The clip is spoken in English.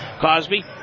Cosby